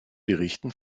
berichten